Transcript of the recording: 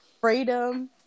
freedom